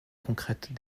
concrètes